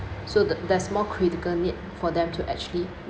so the there's more critical need for them to actually